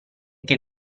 che